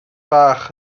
bach